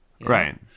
right